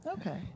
Okay